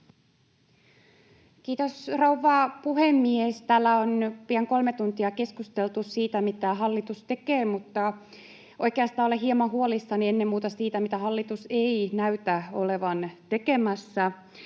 Kiitos, rouva puhemies! Täällä on pian kolme tuntia keskusteltu siitä, mitä hallitus tekee, mutta oikeastaan olen hieman huolissani ennen muuta siitä, mitä hallitus ei näytä olevan tekemässä,